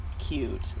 Cute